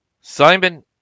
Simon